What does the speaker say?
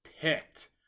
picked